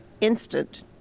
instant